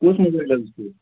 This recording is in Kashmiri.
کُس موبایِل حظ چھُ یہِ